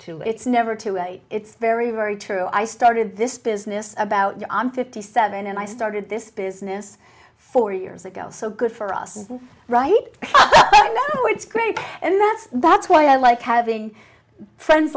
late it's never too late it's very very true i started this business about i'm fifty seven and i started this business four years ago so good for us is right i know it's great and that's that's why i like having friends